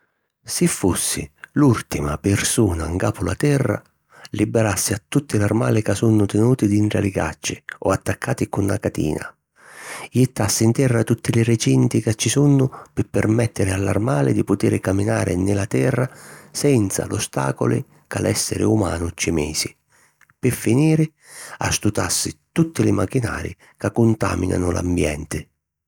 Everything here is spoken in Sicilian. Si fussi l’ùrtima pirsuna ncapu la terra, liberassi a tutti l’armali ca sunnu tinuti dintra li gaggi o attaccati cu na catina. Jittassi 'n terra tutti li ricinti ca ci sunnu pi permèttiri a l’armali di putiri caminari ni la terra senza l’ostàculi ca l'èssiri umanu ci misi. Pi finiri, astutassi tutti li machinari ca cuntàminanu l’ambienti.